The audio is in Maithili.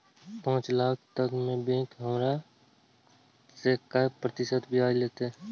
पाँच लाख तक में बैंक हमरा से काय प्रतिशत ब्याज लेते?